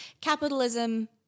capitalism